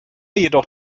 jedoch